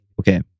okay